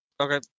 Okay